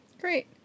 Great